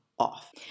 off